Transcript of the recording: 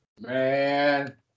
Man